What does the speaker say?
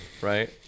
right